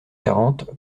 quarante